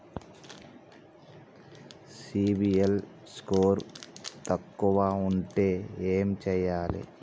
CIBIL score తక్కువ ఉంటే ఏం చేయాలి?